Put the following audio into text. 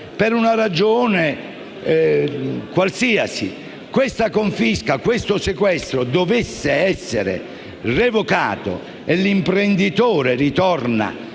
per una ragione qualsiasi, la confisca o il sequestro debbano essere revocati e l'imprenditore ritorni